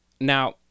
now